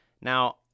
Now